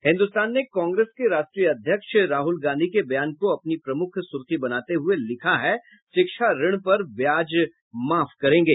हिन्दुस्तान ने कांग्रेस के राष्ट्रीय अध्यक्ष राहुल गांधी के बयान को अपनी प्रमुख सुर्खी बनाते हुये लिखा है शिक्षा ऋण पर ब्याज माफ करेंगे